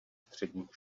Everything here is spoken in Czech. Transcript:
středních